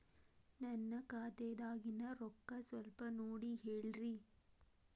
ನನ್ನ ಖಾತೆದಾಗಿನ ರೊಕ್ಕ ಸ್ವಲ್ಪ ನೋಡಿ ಹೇಳ್ರಿ